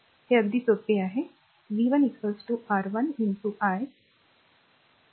हे अगदी सोपे आहे ते r v 1 R1 i 1 me